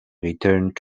returned